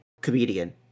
comedian